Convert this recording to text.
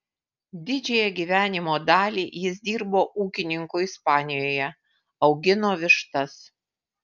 didžiąją gyvenimo dalį jis dirbo ūkininku ispanijoje augino vištas